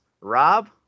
Rob